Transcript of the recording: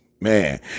Man